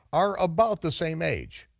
are about the same age.